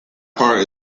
part